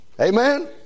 Amen